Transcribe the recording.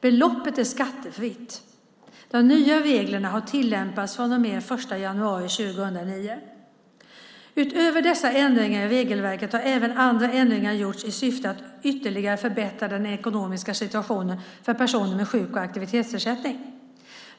Beloppet är skattefritt. De nya reglerna har tillämpats från och med den 1 januari 2009. Utöver dessa ändringar i regelverket har även andra ändringar gjorts i syfte att ytterligare förbättra den ekonomiska situationen för personer med sjuk eller aktivitetsersättning.